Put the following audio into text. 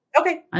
Okay